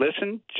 listen